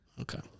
Okay